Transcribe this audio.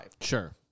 Sure